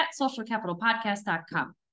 socialcapitalpodcast.com